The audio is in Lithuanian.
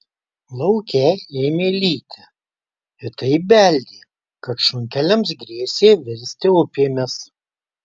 lauke ėmė lyti ir taip beldė kad šunkeliams grėsė virsti upėmis